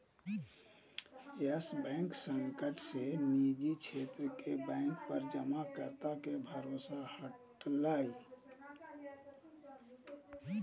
yes Bank संकट से निजी क्षेत्र के बैंक पर जमाकर्ता के भरोसा घटलय